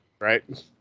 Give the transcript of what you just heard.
Right